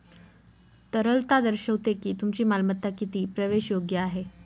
तरलता दर्शवते की तुमची मालमत्ता किती प्रवेशयोग्य आहे